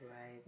right